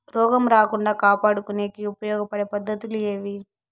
రోగం రాకుండా కాపాడుకునేకి ఉపయోగపడే పద్ధతులు ఏవి?